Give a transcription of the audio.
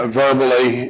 verbally